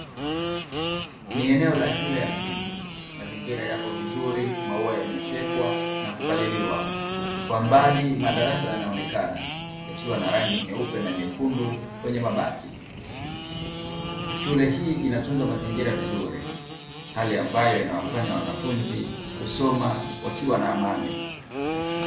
Ni eneo la shule ya msingi mazingira yapo vizuri, maua yamefyekwa na kupaliliwa, kwa mbali madarasa yanaonekana yakiwa na rangi nyeupe na nyekundu kwenye mabati, shule hii inatunza mazingira vizuri hali ambayo inawafanya wanafunzi kusoma wakiwa na amani.